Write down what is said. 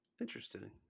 interesting